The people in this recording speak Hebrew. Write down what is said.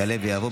יעלה ויבוא,